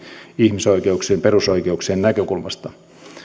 ihmisoikeuksien perusoikeuksien näkökulmasta